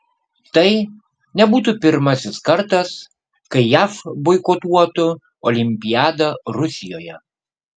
tai nebūtų pirmasis kartas kai jav boikotuotų olimpiadą rusijoje